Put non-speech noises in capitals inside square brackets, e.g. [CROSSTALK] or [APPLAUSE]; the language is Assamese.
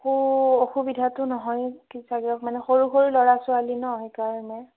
একো অসুবিধাটো নহয় [UNINTELLIGIBLE] মানে সৰু সৰু ল'ৰা ছোৱালী ন' সেইকাৰণে